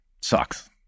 sucks